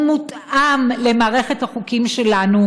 הוא מותאם למערכת החוקים שלנו.